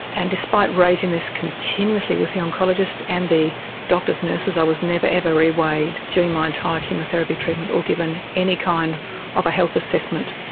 and despite raising this continuously with the oncologist and the doctors' nurses, i was never, ever re-weighed during my entire chemotherapy treatment or given any kind of a health assessment.